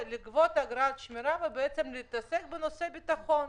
לגבות אגרת שמירה ולהתעסק בנושא ביטחון.